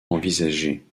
envisagée